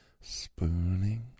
spooning